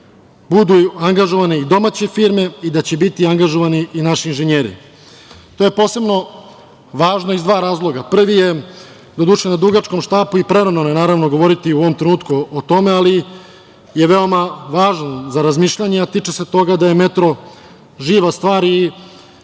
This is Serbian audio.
budu angažovane i domaće firme i da će biti angažovani i naši inženjeri. To je posebno važno iz dva razloga, prvi je, doduše, na dugačkom štapu i prerano je, naravno, govoriti u ovom trenutku o tome, ali je veoma važan za razmišljanje, a tiče se toga da je metro živa stvar i